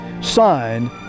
signed